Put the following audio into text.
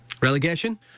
Relegation